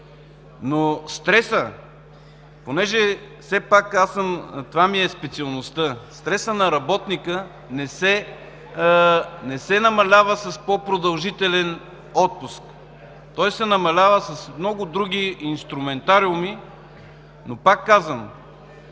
но стресът… Понеже все пак това ми е специалността, стресът на работника не се намалява с по-продължителен отпуск. Той се намалява с много други инструментариуми. Но, пак казвам,